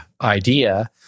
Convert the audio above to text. idea